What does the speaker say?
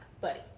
Buddy